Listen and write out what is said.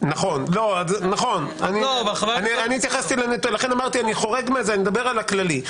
לכן אמרתי שאני מדבר על הכללי.